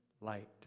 light